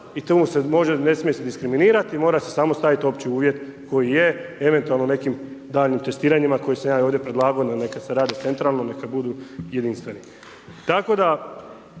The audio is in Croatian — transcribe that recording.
i to se ne smije diskriminirati i mora se samo staviti opći uvjet koji je, eventualno nekim daljnjim testiranjima koje sam ja ovdje predlagao kad se radi o centralnome, kad budu jedinstveni. Tako da